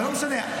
לא משנה.